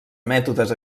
mètodes